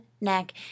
neck